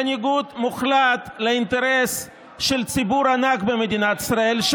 בניגוד מוחלט לאינטרס של ציבור ענק במדינת ישראל,